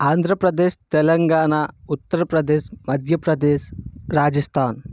Andhra Pradesh Telangana Uttar Pradesh Madhya Pradesh Rajasthan